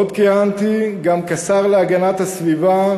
עוד כיהנתי גם כשר להגנת הסביבה,